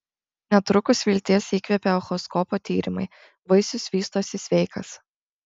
netrukus vilties įkvėpė echoskopo tyrimai vaisius vystosi sveikas